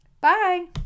Bye